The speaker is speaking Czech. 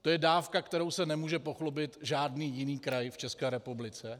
To je dávka, kterou se nemůže pochlubit žádný jiný kraj v České republice.